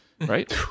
right